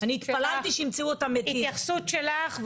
התייחסות שלך,